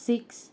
six